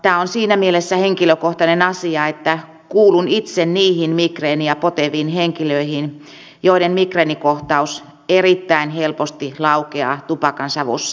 tämä on siinä mielessä henkilökohtainen asia että kuulun itse niihin migreeniä poteviin henkilöihin joiden migreenikohtaus erittäin helposti laukeaa tupakansavussa